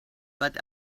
but